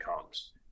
comes